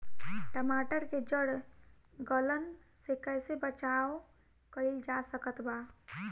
टमाटर के जड़ गलन से कैसे बचाव कइल जा सकत बा?